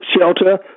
shelter